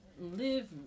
Live